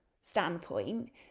standpoint